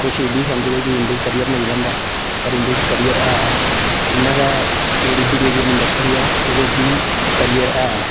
कुछ एह् बी समझदे कि इंदे च कैरियर नेईं बनदा पर इंदे च करियर ऐ इ'यां गै एह् जेह्ड़ी वीडियो गेम इंडस्ट्री ऐ एह्दे च बी कैरियर ऐ